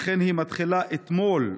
לכן היא מתחילה ב"אתמול".